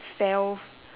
fell